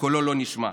שקולו לא נשמע.